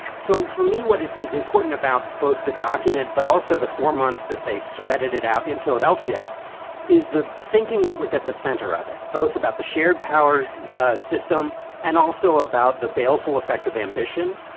so for me, what is important about both the document but also the four months that they sweated it out in philadelphia is the thinking that was at the center of it, both about the shared powers system and also about the baleful effect of ambition.